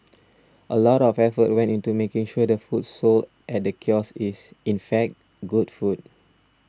a lot of effort went into making sure the food sold at the kiosk is in fact good food